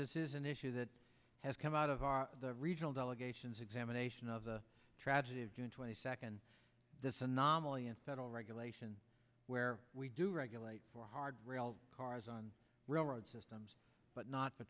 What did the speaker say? this is an issue that has come out of our the regional delegations examination of the tragedy of june twenty second this anomaly in federal regulation where we do regulate for hard rail cars on railroad systems but not